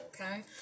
okay